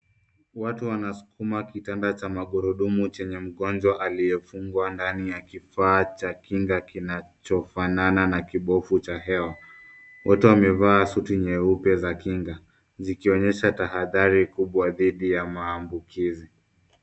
Watu wanasukuma kitanda cha magurudumu chenye mgonjwa aliyefungwa ndani ya kifaa cha kinga kinachofanana na kibofu cha hewa. Wote wamevaa suti nyeupe za kinga, zikionyesha tahadhari kubwa dhiti ya maambukizi.